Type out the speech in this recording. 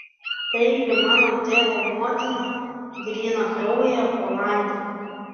taigi mano tėvo motina grynakraujė olandė